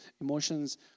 emotions